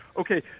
Okay